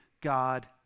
God